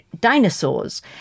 dinosaurs